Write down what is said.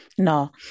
No